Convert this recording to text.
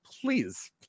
Please